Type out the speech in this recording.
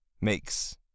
makes